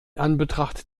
anbetracht